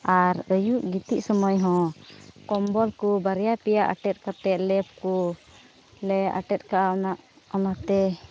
ᱟᱨ ᱟᱹᱭᱩᱵ ᱜᱤᱛᱤᱡ ᱥᱚᱢᱚᱭ ᱦᱚᱸ ᱠᱚᱢᱵᱚᱞ ᱠᱚ ᱵᱟᱨᱭᱟ ᱯᱮᱭᱟ ᱟᱴᱮᱫ ᱠᱟᱛᱮᱫ ᱞᱮᱯ ᱠᱚᱞᱮ ᱟᱴᱮᱫ ᱠᱟᱜᱼᱟ ᱚᱱᱟᱛᱮ